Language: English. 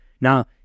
Now